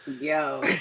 Yo